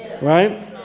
right